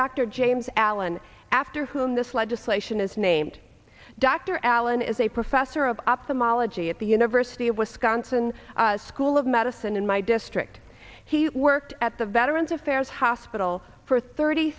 dr james allen after whom this legislation is named dr allen is a professor of ophthalmology at the university of wisconsin school of medicine in my district he worked at the veterans affairs hospital for thirty